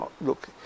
look